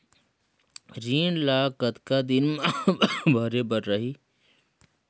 ऋण ला कतना दिन मा भरे बर रही?